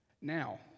Now